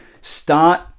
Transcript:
start